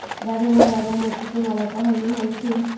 राजा महाराजा मोती के माला पहनऽ ह्ल्थिन